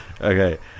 Okay